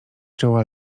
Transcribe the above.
czoła